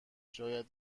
شاید